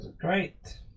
great